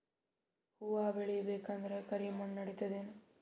ಹುವ ಬೇಳಿ ಬೇಕಂದ್ರ ಕರಿಮಣ್ ನಡಿತದೇನು?